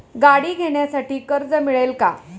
गाडी घेण्यासाठी कर्ज मिळेल का?